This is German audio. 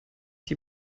die